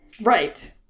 Right